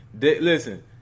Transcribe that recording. Listen